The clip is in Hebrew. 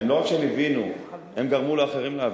לא רק שהם הבינו, הם גרמו לאחרים להבין.